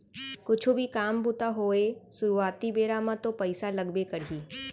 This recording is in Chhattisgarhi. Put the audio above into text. कुछु भी काम बूता होवय सुरुवाती बेरा म तो पइसा लगबे करही